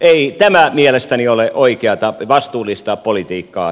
ei tämä mielestäni ole oikeata vastuullista politiikkaa